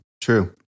true